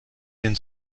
den